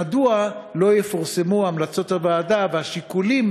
מדוע לא יפורסמו המלצות הוועדה והשיקולים